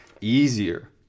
easier